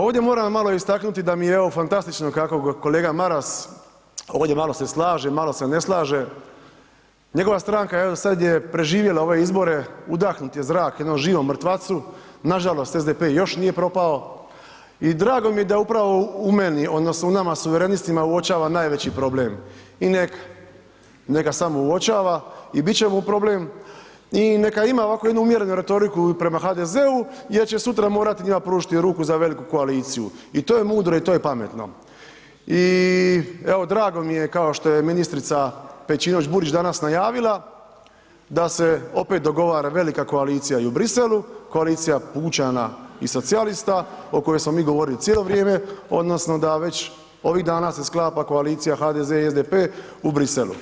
Ovdje moram malo istaknuti da mi je evo fantastično kako kolega Maras, ovdje malo se slaže, malo se ne slaže, njegova stranka evo sad je preživjela ove izbore, udahnut je zrak jednom živom mrtvacu, nažalost, SDP još nije propao i drago mi je da upravo u meni odnosno u nama suverenistima uočava najveći problem i neka, neka samo uočava i bit će mu problem i neka ima ovako jednu umjerenu retoriku i prema HDZ-u jer će sutra morati njima pružiti ruku za veliku koaliciju i to je mudro i to je pametno i evo drago mi je kao što je i ministrica Pejčinović Burić danas najavila da se opet dogovara velika koalicija i u Briselu, koalicija pučana i socijalista o kojoj smo mi govorili cijelo vrijeme odnosno da već ovih dana se sklapa koalicija HDZ i SDP u Briselu